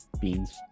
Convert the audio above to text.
beans